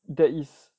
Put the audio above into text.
there is